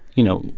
you know,